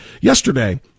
Yesterday